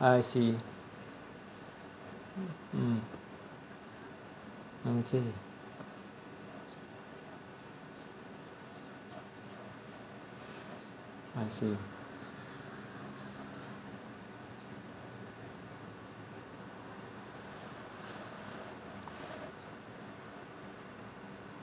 I see mm mm okay I see